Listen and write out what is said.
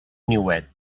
niuet